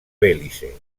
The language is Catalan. belize